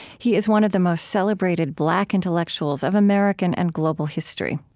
he is one of the most celebrated black intellectuals of american and global history.